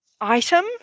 item